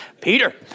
Peter